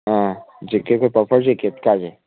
ꯑꯥ ꯖꯦꯛꯀꯦꯠꯇ ꯄꯞꯐꯔ ꯖꯦꯛꯀꯦꯠꯀꯁꯦ